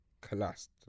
collapsed